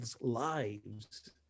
lives